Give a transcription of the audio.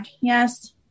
yes